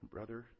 Brother